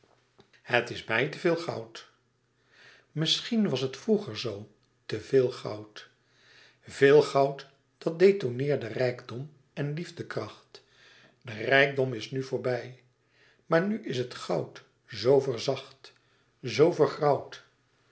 het is mij te veel goud misschien was het vroeger zoo te veel goud veel goud dat denoteerde rijkdom en liefdekracht de rijkdom is nu voorbij maar nu is het goud zoo verzacht zoo vergrauwd